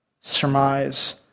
surmise